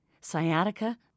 sciatica